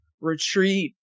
retreat